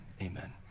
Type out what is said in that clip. amen